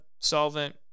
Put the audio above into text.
solvent